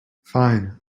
fine